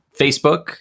facebook